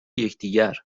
یکدیگر